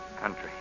country